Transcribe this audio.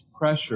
pressure